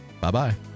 Bye-bye